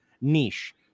niche